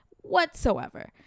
whatsoever